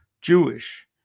Jewish